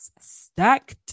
stacked